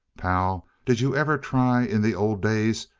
pal, did you ever try, in the old days,